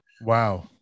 Wow